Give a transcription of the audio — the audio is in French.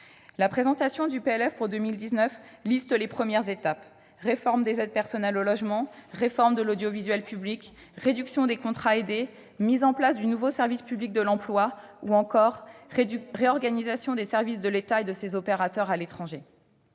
de finances pour 2019 en énumère les premières étapes : réforme des aides personnelles au logement, réforme de l'audiovisuel public, réduction du nombre des contrats aidés, mise en place du nouveau service public de l'emploi, ou encore réorganisation des services de l'État et de ses opérateurs à l'étranger.